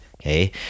Okay